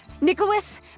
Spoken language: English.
Nicholas